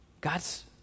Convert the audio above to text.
God's